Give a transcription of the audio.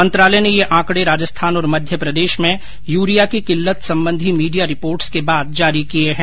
मंत्रालय ने ये आंकडे राजस्थान और मध्यप्रदेश में यूनिया की किल्लत संबंधी मीडिया रिपोर्ट्स के बाद जारी किये हैं